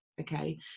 okay